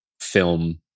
film